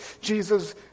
Jesus